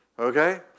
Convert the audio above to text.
Okay